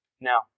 Now